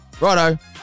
Righto